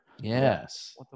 Yes